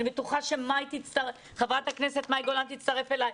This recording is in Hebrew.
אני בטוחה שחברת הכנסת מאי גולן תצטרף אלי.